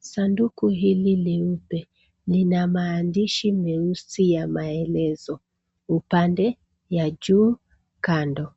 Sanduku hili leupe lina maandishi meusi ya maelezo upande ya juu kando.